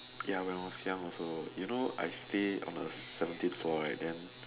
ya when was young also you know I stay on the seventeen floor right then